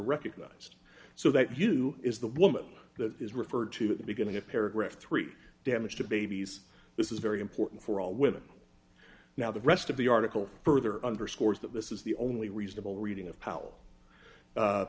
recognize so that you is the woman that is referred to at the beginning of paragraph three damage to babies this is very important for all women now the rest of the article further underscores that this is the only reasonable reading of powe